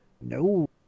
No